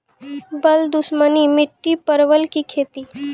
बल दुश्मनी मिट्टी परवल की खेती?